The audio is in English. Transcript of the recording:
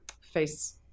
face